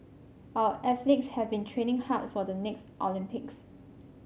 our athletes have been training hard for the next Olympics